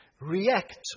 react